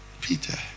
peter